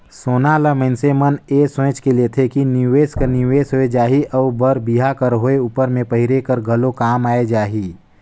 सोना ल मइनसे मन ए सोंएच के लेथे कि निवेस कर निवेस होए जाही अउ बर बिहा कर होए उपर में पहिरे कर घलो काम आए जाही